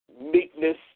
meekness